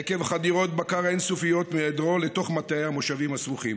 עקב חדירות בקר אין-סופיות מעדרו לתוך מטעי המושבים הסמוכים.